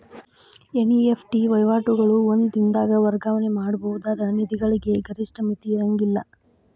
NEFT ವಹಿವಾಟುಗಳು ಒಂದ ದಿನದಾಗ್ ವರ್ಗಾವಣೆ ಮಾಡಬಹುದಾದ ನಿಧಿಗಳಿಗೆ ಗರಿಷ್ಠ ಮಿತಿ ಇರ್ಂಗಿಲ್ಲಾ